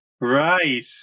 Right